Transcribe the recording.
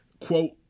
Quote